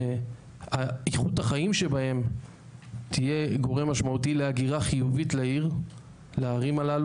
שאיכות החיים שבהם תהיה גורם משמעותי להגירה חיובית לערים הללו,